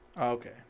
Okay